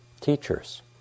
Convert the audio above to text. teachers